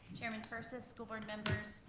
chairman persis, school board members,